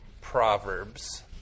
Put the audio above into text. proverbs